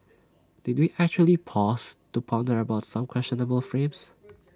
did we actually pause to ponder about some questionable frames